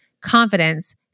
confidence